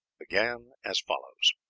began as follows